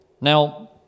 now